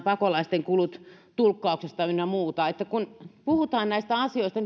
pakolaisten kulut tulkkauksesta ynnä muusta kaksisataa miljoonaa niin kun puhutaan näistä asioista